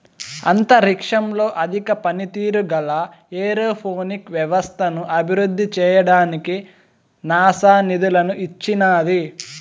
అంతరిక్షంలో అధిక పనితీరు గల ఏరోపోనిక్ వ్యవస్థను అభివృద్ధి చేయడానికి నాసా నిధులను ఇచ్చినాది